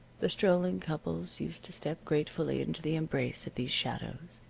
the strolling couples used to step gratefully into the embrace of these shadows,